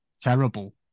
terrible